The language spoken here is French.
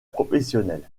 professionnel